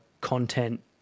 content